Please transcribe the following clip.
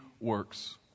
works